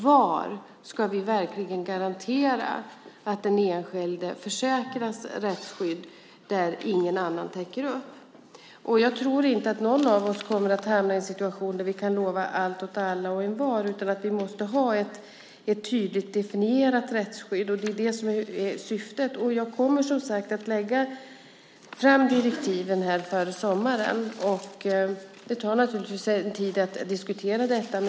Var ska vi verkligen garantera att den enskilde tillförsäkras rättsskydd när ingen annan täcker upp? Jag tror inte att någon av oss kommer att hamna i en situation där vi kan lova allt åt alla och envar. Vi måste ha ett tydligt definierat rättsskydd. Det är syftet. Jag kommer att lägga fram direktiven innan sommaren. Det tar en tid att diskutera detta.